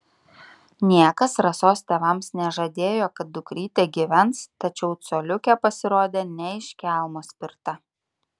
niekas rasos tėvams nežadėjo kad dukrytė gyvens tačiau coliukė pasirodė ne iš kelmo spirta